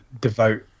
devote